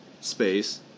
space